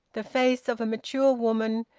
the face of a mature woman,